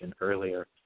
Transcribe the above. earlier